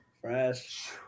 fresh